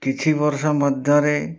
କିଛି ବର୍ଷ ମଧ୍ୟରେ